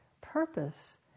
purpose